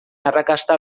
arrakasta